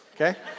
Okay